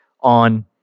on